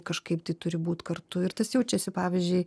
kažkaip tai turi būt kartu ir tas jaučiasi pavyzdžiui